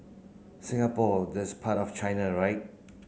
Singapore that's part of China right